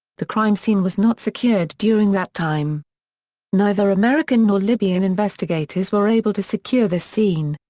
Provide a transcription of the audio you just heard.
the crime scene was not secured during that time neither american nor libyan investigators were able to secure the scene.